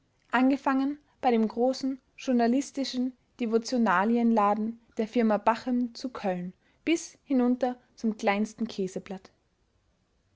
angefangen bei dem großen journalistischen devotionalienladen der firma bachem zu köln bis hinunter zum kleinsten käseblatt